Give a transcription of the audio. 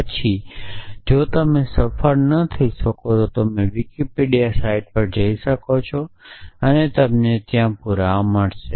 પછી જો તમે સફળ ન થઈ શકો તો તમે વિકિપીડિયા સાઇટ પર જઈ શકો છો અને તમને ત્યાં પુરાવા મળશે